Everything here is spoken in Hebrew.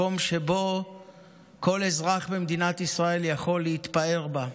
מקום שבו כל אזרח במדינת ישראל יכול להתפאר בה.